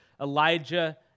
Elijah